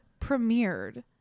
premiered